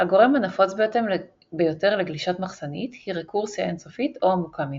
הגורם הנפוץ ביותר לגלישת מחסנית היא רקורסיה אינסופית או עמוקה מדי.